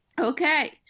Okay